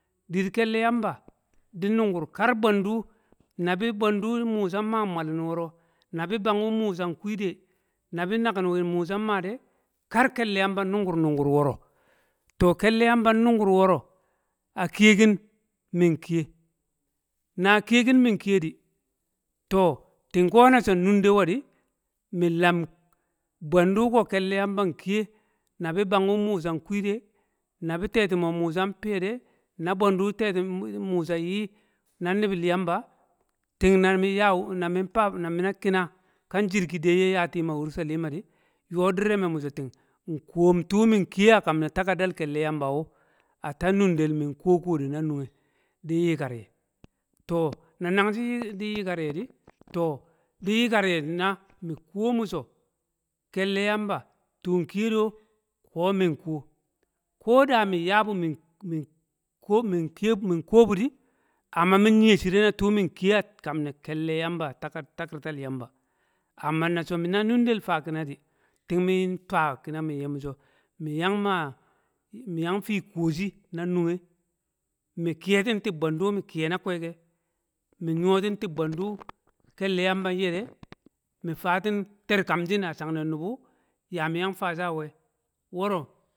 di̱r ke̱lle̱ Yamba di̱n nnu̱nku̱r kar bwe̱ndu̱ na bi̱ bwe̱ndu̱ musa nmam wumwa wo̱ro̱ na bi̱ bang musa nkwi̱ de̱, nang naki̱n wu̱ musa de̱ kar ke̱lle̱ yamba nnu̱nku̱r, nnu̱nku̱r wo̱ro̱. to, ke̱lle̱ yamba nnu̱nku̱r wo̱ro̱ a ki̱ye̱ ki̱n mi̱n ki̱ye̱, na a ki̱ye̱ ki̱n mi̱n ki̱ye̱di̱, to, ti̱n ko̱ na sho̱ nu̱nde̱ we̱ di̱, mi̱n lam bwe̱ndu̱ ko̱ ke̱lle̱ yamba nki̱ye̱, nabi̱ bang wu̱ musa nkwi̱ de̱ nabi̱ te̱ti̱me̱ musa fi̱ye̱ de̱, na bwe̱ndu̱ musa nyi̱ na ni̱bi̱l yamba ti̱n na mi̱n ya wu̱ na mi̱na kan jirgije de̱yye̱ ya ti̱yi̱m a wulselima di̱, yo̱ di̱r re̱me̱ ti̱ng mi̱so̱ nku̱no̱m tu̱u̱ mi̱n ki̱ye̱ a kam ke̱lle̱ yamba wu̱ a ta nu̱nde̱l mi̱n ku̱wo̱ ku̱wo̱ de̱ na nu̱ngke̱ di̱n yi̱kar ye̱ to, na nangshi̱ di̱n yikar ye di̱ to, di̱n yi̱kar ye̱ na mi̱ ku̱wo̱n so ke̱lle̱ yamba ko̱ mi̱n ko̱wo̱ ko̱ da mi̱n ku̱wo̱ bu̱di̱ amma mi̱n nyi̱ye̱ shi̱re̱ na tu̱ mi̱n ki̱yye̱ a kame̱le̱ ke̱lle̱ yamba, taki̱rtal yamba amma so̱ na mi̱ na mu̱nde̱l fa ki̱na di̱ ti̱n mi̱n fa ki̱na mi̱ ye̱ mi̱ so̱ mi̱ yang fi̱ ku̱shi̱ na nu̱ngke̱ mi̱ ke̱ti̱n ti̱b bwe̱ndu̱ mi̱ na kwe̱ke̱ mi̱ nyo̱ti̱n tu̱b bwe̱ndu̱ ke̱lle̱ yamba ye̱ de̱ mi fa ti̱n te̱r kamshi̱n shane̱ nu̱bu̱ ya mi̱ yang fa shi a we wo̱ro̱.